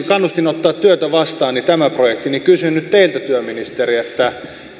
kannustin ottaa työtä vastaan tämä projekti niin kysyn nyt teiltä työministeri